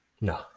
No